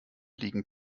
liegen